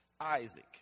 Isaac